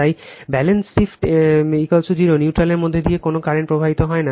তাই balance shift in 0 নিউট্রালের মধ্য দিয়ে কোনো কারেন্ট প্রবাহিত হয় না